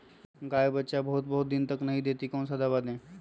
गाय बच्चा बहुत बहुत दिन तक नहीं देती कौन सा दवा दे?